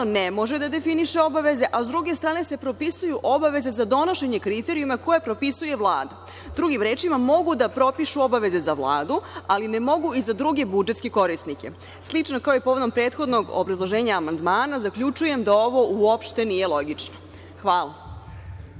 ne može da definiše obaveze, a s druge strane se propisuju obaveze za donošenje kriterijuma koje propisuje Vlada. Drugim rečima, mogu da propišu obaveze za Vladu, ali ne mogu i za druge budžetske korisnike. Slično kao i povodom prethodnog obrazloženja amandmana, zaključujem da ovo uopšte nije logično. Hvala.